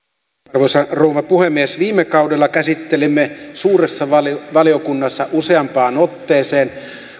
arvoisa rouva puhemies viime kaudella käsittelimme suuressa valiokunnassa useampaan otteeseen